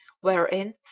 wherein